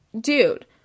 dude